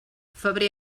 febrer